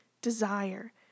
desire